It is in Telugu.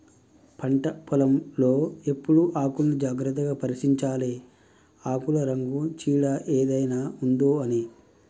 పంట పొలం లో ఎప్పుడు ఆకుల్ని జాగ్రత్తగా పరిశీలించాలె ఆకుల రంగు చీడ ఏదైనా ఉందొ అని